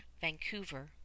Vancouver